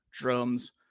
drums